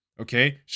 Okay